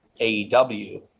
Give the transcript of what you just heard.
AEW